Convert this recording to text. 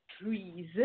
trees